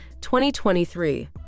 2023